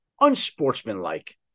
unsportsmanlike